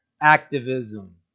activism